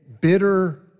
bitter